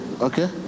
okay